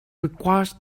requires